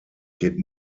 geht